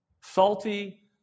Salty